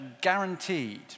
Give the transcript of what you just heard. guaranteed